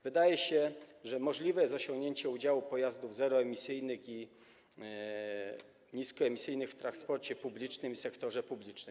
Wydaje się, że możliwe jest osiągnięcie udziału pojazdów zeroemisyjnych i niskoemisyjnych w transporcie publicznym i sektorze publicznym.